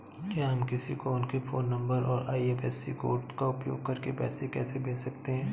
क्या हम किसी को उनके फोन नंबर और आई.एफ.एस.सी कोड का उपयोग करके पैसे कैसे भेज सकते हैं?